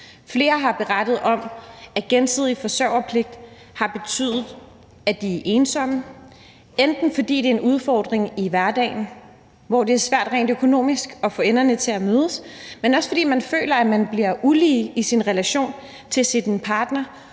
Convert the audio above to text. Flere har berettet om, at gensidig forsørgerpligt har betydet, at de er ensomme; ikke kun fordi det er en udfordring i hverdagen, hvor det er svært rent økonomisk at få enderne til at mødes, men også fordi man føler, at man bliver ulige i relation til sin partner,